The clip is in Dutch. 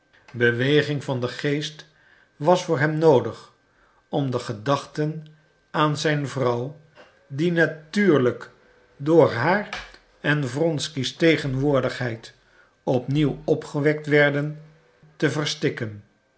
beweging van den geest was voor hem noodig om de gedachten aan zijn vrouw die natuurlijk door haar en wronsky's tegenwoordigheid op nieuw opgewekt werden te verstikken